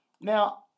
Now